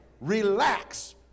Relax